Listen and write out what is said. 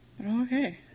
okay